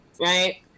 right